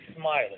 smiling